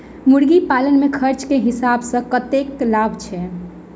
मुर्गी पालन मे खर्च केँ हिसाब सऽ कतेक लाभ छैय?